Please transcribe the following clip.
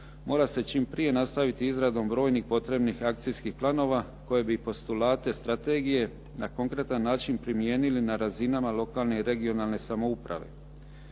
mora se čim prije nastaviti izradom brojnih potrebnih akcijskih planova koje bi postulate strategije na konkretan način primijenili na razinama lokalne i regionalne samouprave.